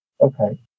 Okay